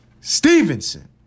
Stevenson